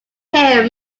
him